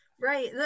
Right